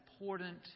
important